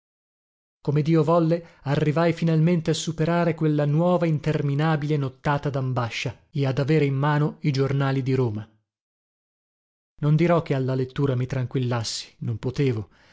come dio volle arrivai finalmente a superare quella nuova interminabile nottata dambascia e ad avere in mano i giornali di roma non dirò che alla lettura mi tranquillassi non potevo